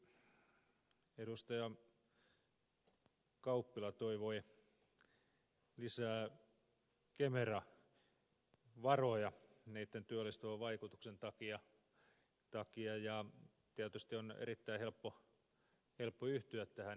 kauppila toivoi lisää kemera varoja niitten työllistävän vaikutuksen takia ja tietysti on erittäin helppo yhtyä tähän ed